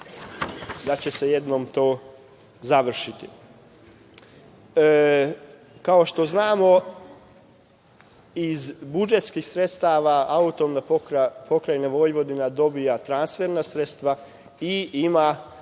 da će se jednom to završiti. Kao što znamo, iz budžetskih sredstava AP Vojvodina dobija transferna sredstva i ima